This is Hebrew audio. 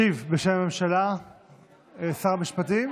בשם הממשלה ישיב שר המשפטים